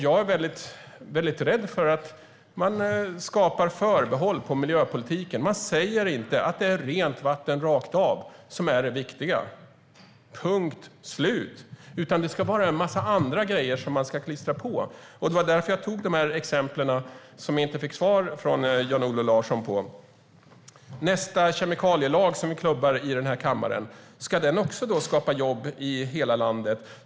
Jag är rädd för att man skapar förbehåll i miljöpolitiken. Man säger inte rakt av att det viktiga är rent vatten, punkt slut. Man försöker att klistra på en massa andra saker. Det var därför jag tog upp exemplen som Jan-Olof Larsson inte kommenterade. Nästa kemikalielag som vi klubbar igenom i denna kammare, ska den också skapa jobb i hela landet?